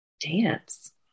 dance